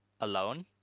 alone